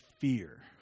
fear